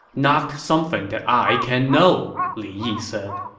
not something that i can know, li yi said.